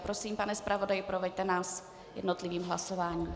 Prosím, pane zpravodaji, proveďte nás jednotlivým hlasováním.